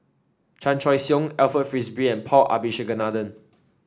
Chan Choy Siong Alfred Frisby and Paul Abisheganaden